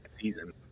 season